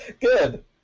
Good